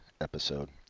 episode